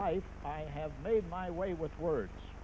life i have made my way with words